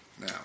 Now